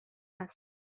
است